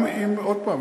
עוד פעם,